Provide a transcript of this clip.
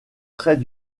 trait